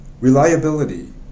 Reliability